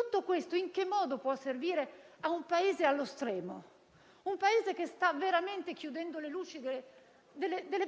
Tutto questo, in che modo può servire a un Paese allo stremo? A un Paese che sta veramente chiudendo le luci delle